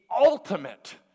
ultimate